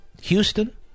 Houston